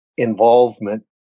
Involvement